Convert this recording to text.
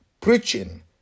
preaching